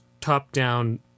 top-down